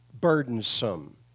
burdensome